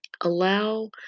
Allow